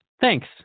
Thanks